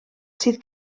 sydd